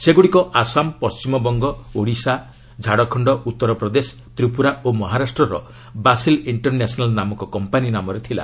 ସେଗୁଡ଼ିକ ଆସାମ ପଣ୍ଢିମବଙ୍ଗ ଓଡ଼ିଶା ଝାଡ଼ଖଣ୍ଡ ଉତ୍ତରପ୍ରଦେଶ ତ୍ରିପୁରା ଓ ମହାରାଷ୍ଟ୍ରର ବାସିଲ୍ ଇଣ୍ଟର୍ନ୍ୟାସନାଲ୍ ନାମକ କମ୍ପାନୀ ନାମରେ ଥିଲା